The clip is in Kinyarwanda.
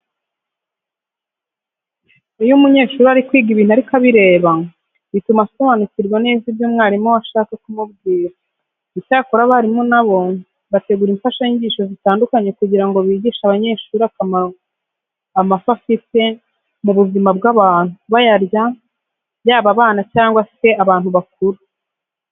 Iyo umunyeshuri ari kwiga ibintu ariko abireba bituma asobanukirwa neza ibyo mwarimu we ashaka kumubwira. Icyakora abarimu na bo bategura imfashanyigisho zitandukanye kugira ngo bigishe abanyeshuri akamaro amafi afite mu buzima bw'abantu bayarya yaba abana cyangwa se abantu bakuru.